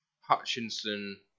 Hutchinson